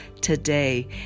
today